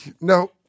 no